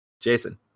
Jason